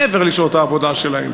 מעבר לשעות העבודה שלהם.